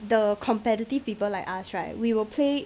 the competitive people like us right we will play